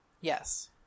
Yes